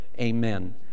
Amen